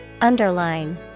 Underline